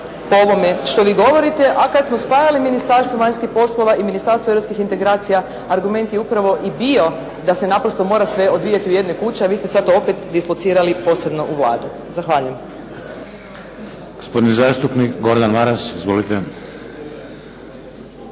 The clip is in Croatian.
po ovome što vi govorite, a kad smo spajali Ministarstvo vanjskih poslova i Ministarstvo europskih integracija argument je upravo i bio da se naprosto mora sve odvijati u jednoj kući, a vi ste sad opet dislocirani posebno u Vladi. Zahvaljujem.